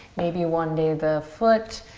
maybe one day the foot,